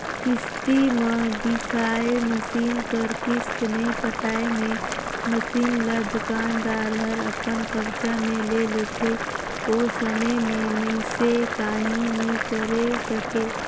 किस्ती म बिसाए मसीन कर किस्त नइ पटाए मे मसीन ल दुकानदार हर अपन कब्जा मे ले लेथे ओ समे में मइनसे काहीं नी करे सकें